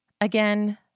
Again